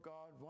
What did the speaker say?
God